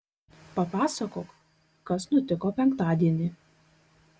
papasakok kas nutiko penktadienį